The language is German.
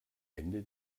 ende